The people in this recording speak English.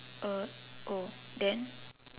uh oh then